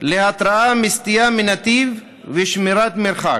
להתרעה מפני סטייה מנתיב ושמירת מרחק.